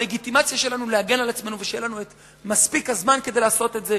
הלגיטימציה שלנו להגן על עצמנו והזמן המספיק כדי לעשות את זה,